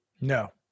No